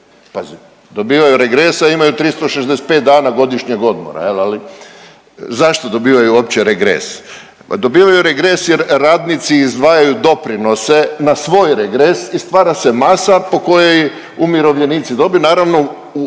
dobivanju regres, a imaju 365 dana godišnjeg odmora jel, ali zašto dobivaju uopće regres? Pa dobivaju regres jer radnici izdvajaju doprinose na svoj regres i stvara se masa po kojoj umirovljenici dobiju,